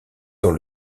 dans